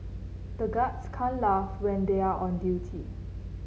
the guards can't laugh when they are on duty